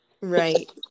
Right